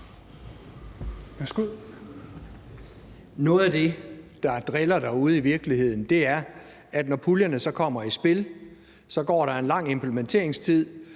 Noget af det, der driller derude i virkeligheden, er, at når puljerne så kommer i spil, går der en lang tid med implementering,